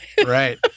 Right